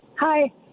Hi